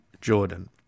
Jordan